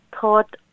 thought